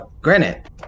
Granite